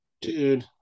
dude